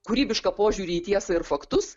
kūrybišką požiūrį į tiesą ir faktus